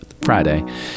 friday